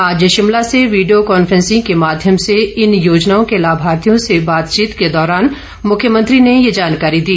आज शिमला से video conferencing के माध्यम से इन योजनाओं के लाभार्थियों से बातचीत के दौरान मुख्यमंत्री ने ये जानकारी दी